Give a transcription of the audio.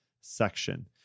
section